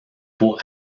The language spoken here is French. pour